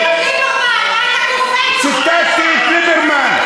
הוא ציטט את ליברמן.